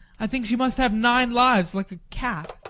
i think she must have nine lives, like a cat.